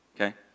okay